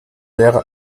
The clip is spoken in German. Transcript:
wäre